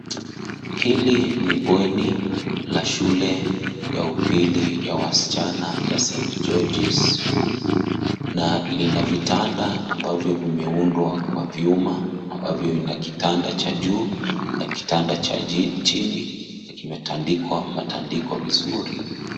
Hili ni bweni la shule ya upili ya wasichana ya st. George's na lina vitanda ambavyo vimeundwa kwa vyuma ambavyo vina kitanda cha juu na kitanda cha chini na kimetandikwa matandiko vizuri.